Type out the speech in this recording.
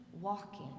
walking